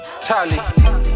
Tally